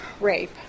rape